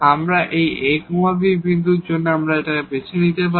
আমরা এই a b বিন্দুর মতো বেছে নিতে পারি